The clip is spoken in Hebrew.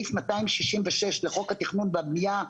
בסעיף 266 בחוק התכנון והבנייה,